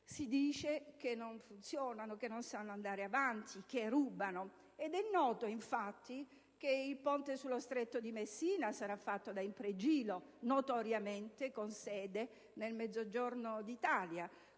si dice che non funzionano, che non sanno andare avanti, che rubano, ed è noto, infatti, che il ponte sullo Stretto di Messina sarà realizzato da Impregilo, notoriamente con sede nel Mezzogiorno d'Italia.